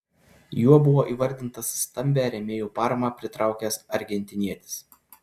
juo buvo įvardintas stambią rėmėjų paramą pritraukęs argentinietis